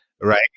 Right